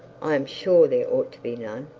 i am sure there ought to be none,